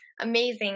amazing